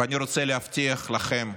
ואני רוצה להבטיח לכם,